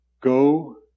go